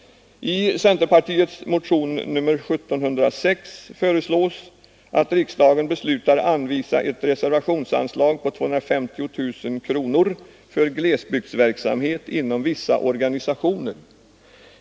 I centerpartiets motion nr 1706 föreslås att riksdagen beslutar anvisa ett reservationsanslag på 250 000 kronor för glesbygdsverksamhet inom vissa organisationer.